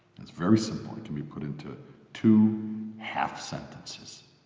it's very simple, and can be put into two half sentences,